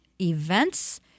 events